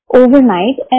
overnight